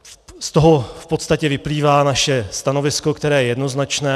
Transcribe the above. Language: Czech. Z toho v podstatě vyplývá naše stanovisko, které je jednoznačné.